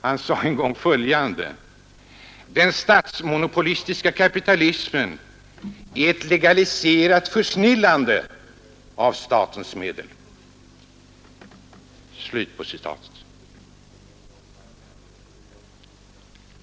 Han sade en gång följande: Den statsmonopolistiska kapitalismen är ett legaliserat försnillande av statens medel.